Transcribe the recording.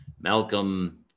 Malcolm